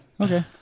Okay